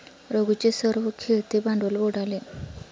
रघूचे सर्व खेळते भांडवल बुडाले